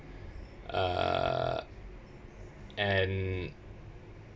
uh and